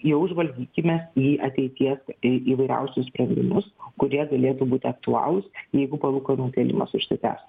jau žvalgykimės į ateities į įvairiausius sprendimus kurie galėtų būti aktualūs jeigu palūkanų kėlimas užsitęs